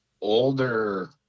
older